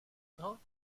bains